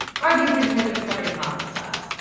arguably, because it was covered in pasta sauce.